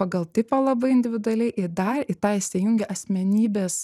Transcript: pagal tipą labai individualiai ir dar į tą įsijungia asmenybės